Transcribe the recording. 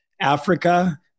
Africa